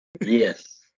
Yes